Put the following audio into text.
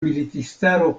militistaro